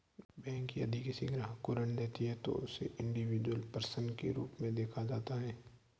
bank यदि किसी ग्राहक को ऋण देती है तो उसे इंडिविजुअल पर्सन के रूप में देखा जाता है